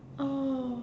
oh